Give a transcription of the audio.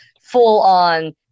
full-on